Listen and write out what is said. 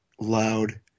loud